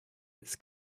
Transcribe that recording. its